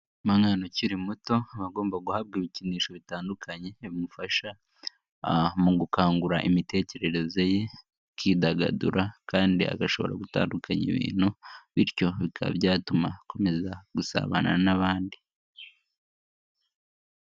Umwana ukiri muto aba agomba guhabwa ibikinisho bitandukanye bimufasha mu gukangura imitekererezeye, akidagadura kandi agashobora gutandukanya ibintu bityo bikaba byatuma akomeza gusabana n'abandi.